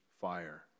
fire